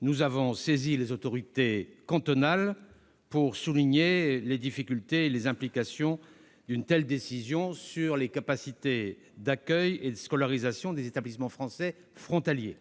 nous avons saisi les autorités cantonales pour souligner les difficultés et les implications d'une telle décision sur les capacités d'accueil et de scolarisation des établissements français frontaliers.